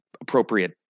appropriate